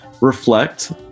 reflect